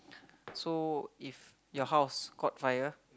so if your house caught fire